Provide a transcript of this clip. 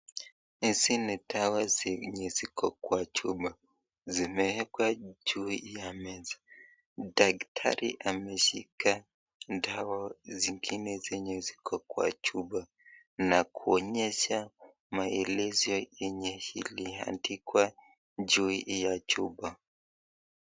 Hizi ni dawa zenye ziko kwa chupa, zimeekwa juu ya meza , daktari ameshika dawa zingine zenye ziko kwa chupa na kuonyesha maelezo yenye zimeandikwa juu ya chupa.